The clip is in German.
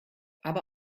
aber